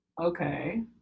okay